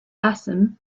assam